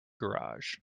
garage